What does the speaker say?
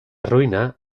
ruïna